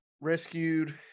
rescued